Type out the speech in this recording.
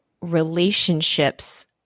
relationships